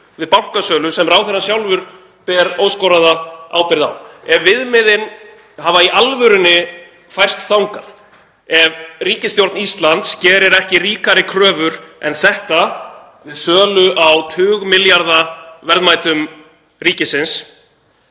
við bankasölu sem ráðherra sjálfur ber óskoraða ábyrgð á? Ef viðmiðin hafa í alvörunni færst þangað, ef ríkisstjórn Íslands gerir ekki ríkari kröfur en þetta við sölu á tugmilljarða verðmætum ríkisins